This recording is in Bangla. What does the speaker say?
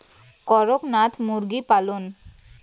করকনাথ মুরগি পালন?